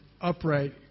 upright